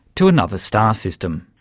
to another star system.